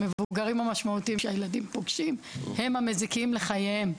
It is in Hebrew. המבוגרים המשמעותיים שהילדים פוגשים הם המזיקים לחייהם,